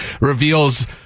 reveals